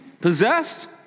possessed